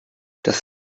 das